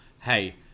hey